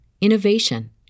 innovation